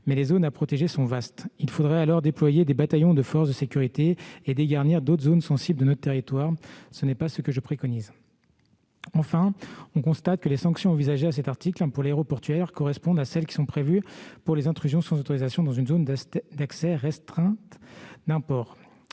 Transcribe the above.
Or les zones à protéger sont vastes. Il faudrait déployer des bataillons de forces de sécurité en dégarnissant d'autres zones sensibles de notre territoire ; ce n'est pas ce que je préconise. Troisièmement, on constate que les sanctions envisagées à cet article pour l'aéroportuaire correspondent à celles qui sont prévues pour les intrusions sans autorisation dans une zone d'accès restreint d'un port.